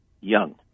Young